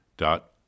dot